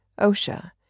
OSHA